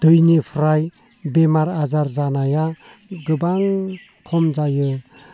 दैनिफ्राय बेमार आजार जानाया गोबां खम जायो